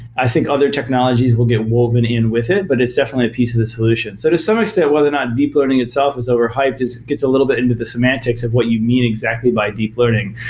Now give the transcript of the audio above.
i think other technologies will get woven in with it but it's definitely a piece of the solution. so to some extent, whether or not deep learning itself is overhyped gets a little bit into the semantics of what you mean exactly by deep learning,